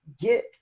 get